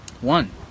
One